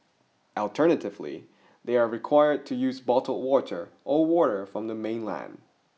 alternatively they are required to use bottled water or water from the mainland